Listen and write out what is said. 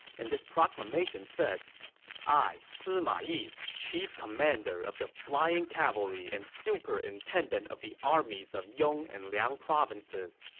and this proclamation said i, sima yi, chief commander of the flying cavalry and superintendent of the armies of yong and liang provinces,